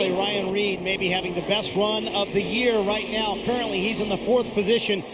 ah ryan reed may be having the best run of the year right now. currently he's in the fourth position.